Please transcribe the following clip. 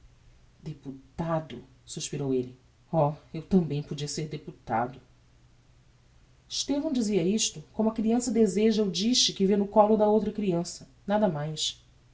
deputado suspirou elle oh eu tambem podia ser deputado estevão dizia isto como a creança deseja o dixe que vê no collo de outra creança nada mais